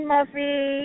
Muffy